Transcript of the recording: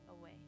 away